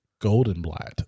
Goldenblatt